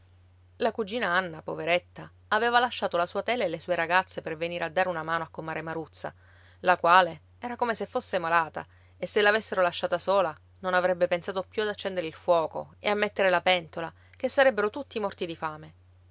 la cugina anna poveretta aveva lasciato la sua tela e le sue ragazze per venire a dare una mano a comare maruzza la quale era come se fosse malata e se l'avessero lasciata sola non avrebbe pensato più ad accendere il fuoco e a mettere la pentola che sarebbero tutti morti di fame